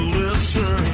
listen